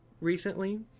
recently